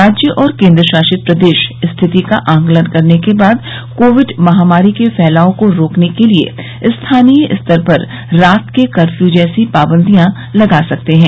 राज्य और केन्द्रशासित प्रदेश स्थिति का आकलन करने के बाद कोविड महामारी के फैलाव को रोकने के लिए स्थानीय स्तर पर रात के कर्फ्यू जैसी पाबंदियां लगा सकते हैं